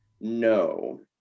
no